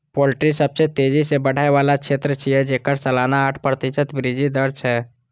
poultry सबसं तेजी सं बढ़ै बला क्षेत्र छियै, जेकर सालाना आठ प्रतिशत वृद्धि दर छै